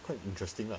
quite interesting lah